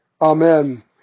Amen